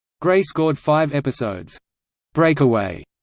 gray scored five episodes breakaway,